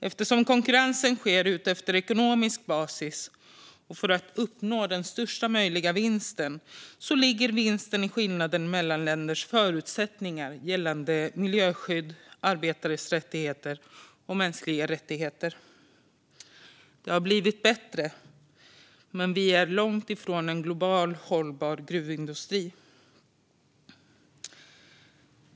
Eftersom konkurrensen sker på ekonomisk basis och för att uppnå största möjliga vinst ligger vinsten i skillnader mellan länders förutsättningar gällande miljöskydd, arbetares rättigheter och mänskliga rättigheter. Det har blivit bättre, men vi är långt ifrån en global hållbar gruvindustri.